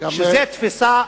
שזה תפיסה,